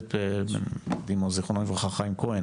השופט בדימוס, זכרונו לברכה, חיים כהן